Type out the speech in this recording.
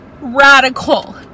radical